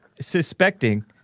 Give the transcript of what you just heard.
suspecting